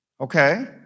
Okay